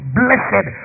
blessed